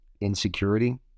insecurity